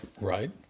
right